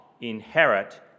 inherit